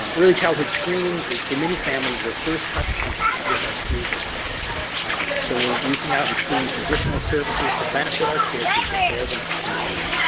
um early childhood screening is, for many families, their first touch point with our school district so we're reaching out and screening for additional services to benefit our kids and prepare them for kindergarten.